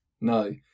No